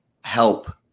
help